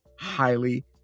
highly